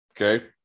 Okay